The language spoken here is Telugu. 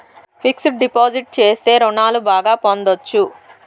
ఫిక్స్డ్ డిపాజిట్ చేస్తే రుణాలు బాగా పొందొచ్చు